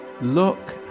Look